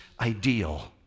ideal